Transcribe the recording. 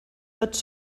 tots